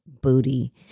booty